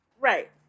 Right